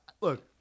Look